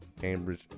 Cambridge